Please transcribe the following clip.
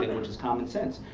which is common sense.